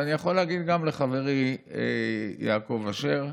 ואני יכול להגיד לחברי יעקב אשר,